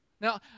Now